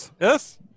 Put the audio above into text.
Yes